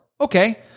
okay